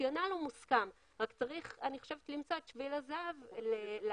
הרציונל מוסכם אלא שצריך למצוא את שביל הזהב לנוסח.